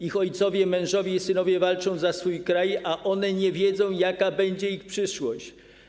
Ich ojcowie, mężowie i synowie walczą za swój kraj, a one nie wiedzą, jaka będzie ich przyszłość.